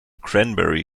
cranberry